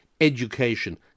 education